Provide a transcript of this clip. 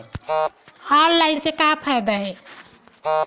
Online से का फ़ायदा हे?